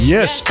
Yes